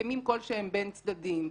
הסכמים כלשהם בין צדדים.